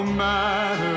matter